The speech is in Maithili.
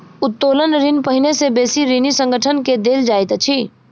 उत्तोलन ऋण पहिने से बेसी ऋणी संगठन के देल जाइत अछि